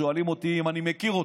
שואלים אותי אם אני מכיר אותו,